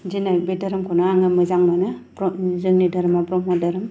दिनै बे धोरोम खौनो आङो मोजां मोनो जोंनि धोरोमा ब्रम्ह धोरोम